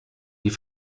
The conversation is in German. die